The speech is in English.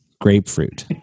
Grapefruit